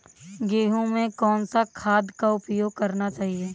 गेहूँ में कौन सा खाद का उपयोग करना चाहिए?